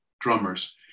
drummers